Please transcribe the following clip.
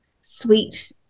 sweet